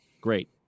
Great